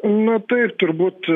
na taip turbūt